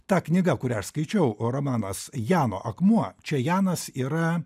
ta knyga kurią aš skaičiau romanas jano akmuo čia janas yra